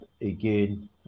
again